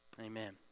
amen